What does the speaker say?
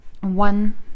One